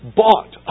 bought